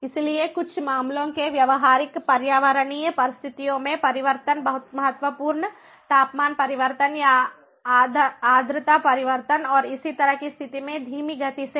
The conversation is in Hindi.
इसलिए कुछ मामलों में व्यावहारिक पर्यावरणीय परिस्थितियों में परिवर्तन महत्वपूर्ण तापमान परिवर्तन या आर्द्रता परिवर्तन और इसी तरह की स्थिति में धीमी गति से है